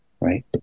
right